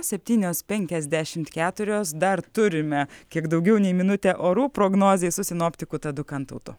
septynios penkiasdešimt keturios dar turime kiek daugiau nei minutę orų prognozei su sinoptiku tadu kantautu